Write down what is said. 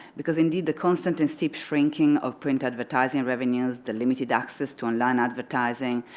because indeed the constant and deep shrinking of print advertising revenues, the limited access to online advertising,